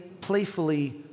playfully